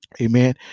Amen